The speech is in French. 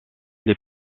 les